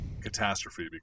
catastrophe